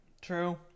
True